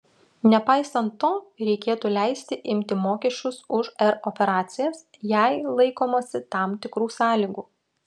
nepaisant to reikėtų leisti imti mokesčius už r operacijas jei laikomasi tam tikrų sąlygų